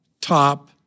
top